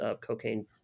cocaine